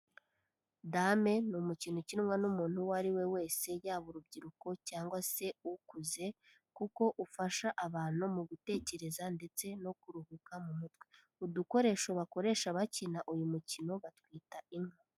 Dame ni umukino ukinwa n'umuntu uwo ariwe wese, yaba urubyiruko cyangwa se ukuze kuko ufasha abantu mu gutekereza ndetse no kuruhuka mu mutwe. Udukoresho bakoresha bakina uyu mukino batwita inka.